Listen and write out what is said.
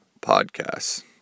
podcasts